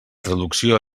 traducció